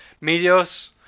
Medios